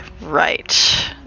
right